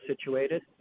situated